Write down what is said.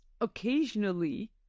occasionally